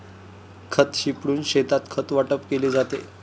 खत शिंपडून शेतात खत वाटप केले जाते